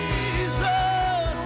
Jesus